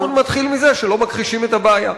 והתיקון מתחיל מזה שלא מכחישים את הבעיה.